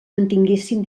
mantinguessin